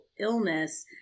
illness